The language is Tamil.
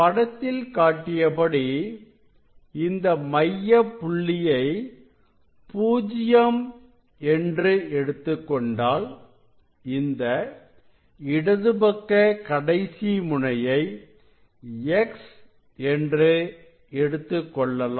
படத்தில் காட்டியபடி இந்த மையப் புள்ளியை பூஜ்ஜியம் என்று எடுத்துக்கொண்டால் இந்த இடதுபக்க கடைசி முனையை X என்று எடுத்துக்கொள்ளலாம்